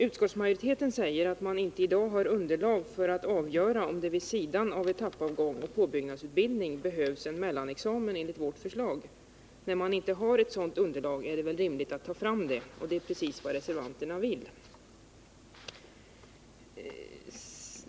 Utskottsmajoriteten säger att man inte i dag har underlag för att avgöra om det vid sidan av etappavgång och påbyggnadsutbildning behövs en mellanexamen enligt vårt förslag. När man inte har ett sådant underlag är det väl rimligt att ta fram det. Och det är precis vad reservanterna vill.